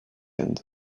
end